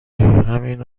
ریهمین